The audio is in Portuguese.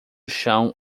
chão